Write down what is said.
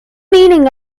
meaning